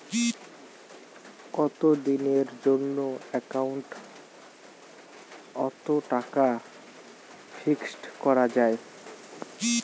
কতদিনের জন্যে একাউন্ট ওত টাকা ফিক্সড করা যায়?